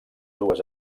dues